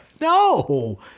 No